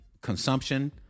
consumption